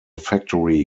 factory